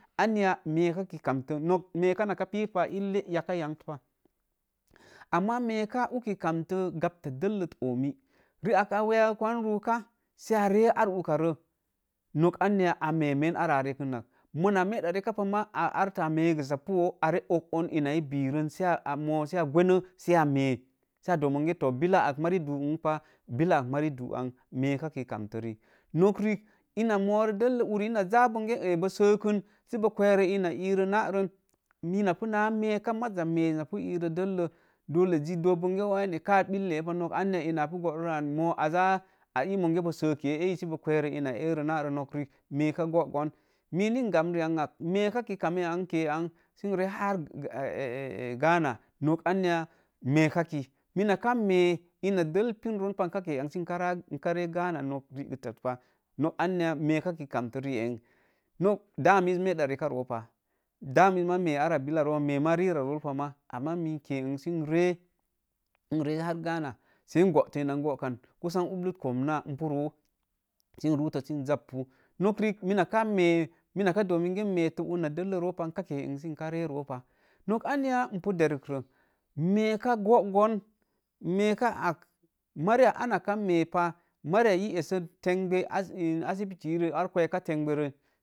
Anya nok me̱ēka ki kamtə, nok mēeka nakə pipa ii lēe yaka yant pa, ama me̱eka uki kamtə gab ta dellət o̱omi, rii ak a wawuk wan ru̱u̱ka, sə a ree ar uka ree nok anya a mee men arra a reekən ak, mona mēēdo reeka pa maa a artə a meegusapu ōō a ree og-o̱ga ina ee biren sə a gwenə sə a mēe, sə a do̱o̱ monge tōo sə gwenə, billak mari du̱u̱ n pa, ii duu ari, me̱e ka ki kamtə rii nok riik ina morə dellə uri ina ja bonge āā bo̱o̱ səkən si boo kwerə ina, ee rəə narən, mii punaa meeka maza meez na pu ee rə dellə dolleji doo bonge waine kaa bəlle pa, nok anya ina a pu booruk rə an moo aza aii monge bonge boo səke̱ē a̱a̱ yisi boo kwerə ina ee rəə narən nok riik mēeka gogōon. Mii ni n gam rianak mēeka ki kame an n ke̱e an sə n ree har a̱a̱a̱ ghana̱, nok anya me̱ekaki, mika me̱e ina del pin roon, ika ke̱e am sə nka raa, n ree ghana nok ri̱igit tat papa, nok anya me̱e̱ka ki kamtə rii enri. Daa miiz meda reēka ro̱o pah. Daa miiz maa mee billa roo, mee maa billaa roo pah ma. Ama mii n kee n sə n ree har ghana sə gooto ina n gōōkan sə gooto ublut komna n pu roo, sin ru̱uto sə njappu. Nok riik mina me̱e, mina kə doo minge n mee to una dellə roo pa n ka lee n sə ka ree roo pah. Nok anya ipu derkro, meeka gogōon me̱e kaa ale, mari ya ana ka mee pah. mari a ee essə tenbə assibitii, ar kweeka tenbə rəi